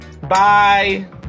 bye